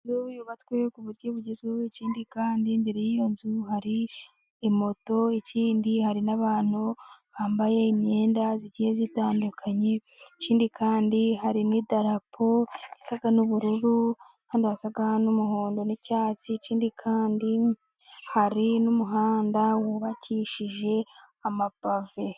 Inzu yubatswe ku buryo bugezweho. Ikindi kandi imbere y'iyo nzu hari moto. Ikindi kandi hari n'abantu bambaye imyenda igiye itandukanye. Ikindi kandi hari n'idarapo risa n'ubururu ahandi hasa n'umuhondo n'icyatsi, kandi hari n'umuhanda wubakishije amapave.